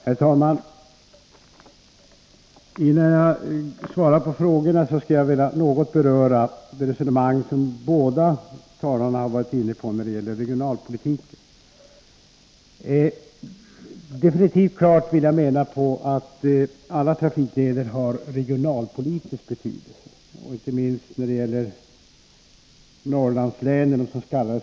Herr talman! Innan jag svarar på frågorna, vill jag något beröra det resonemang som båda talarna varit inne på när det gäller regionalpolitiken. Enligt min mening har alla trafikleder en klar regionalpolitisk betydelse. Inte minst när det gäller Norrlandslänen, dess.k.